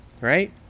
right